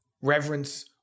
Reverence